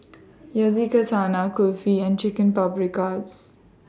Yakizakana Kulfi and Chicken Paprikas